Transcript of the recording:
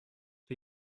the